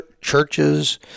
churches